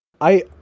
I-